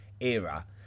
era